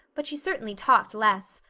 but she certainly talked less.